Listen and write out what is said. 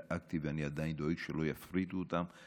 דאגתי ואני עדיין דואג שלא יפריטו אותם,